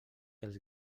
els